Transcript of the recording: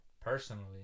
Personally